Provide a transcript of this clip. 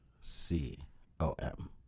C-O-M